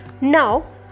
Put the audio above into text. Now